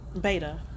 beta